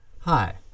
Hi